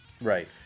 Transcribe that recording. Right